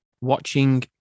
watching